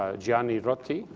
ah gianni riotta,